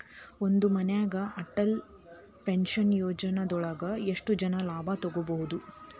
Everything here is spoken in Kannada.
ಒಂದೇ ಮನ್ಯಾಗ್ ಅಟಲ್ ಪೆನ್ಷನ್ ಯೋಜನದೊಳಗ ಎಷ್ಟ್ ಜನ ಲಾಭ ತೊಗೋಬಹುದು?